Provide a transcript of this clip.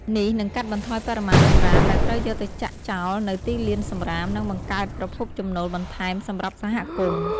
នេះនឹងកាត់បន្ថយបរិមាណសំរាមដែលត្រូវយកទៅចាក់ចោលនៅទីលានសំរាម និងបង្កើតប្រភពចំណូលបន្ថែមសម្រាប់សហគមន៍។